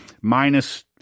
minus